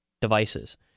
devices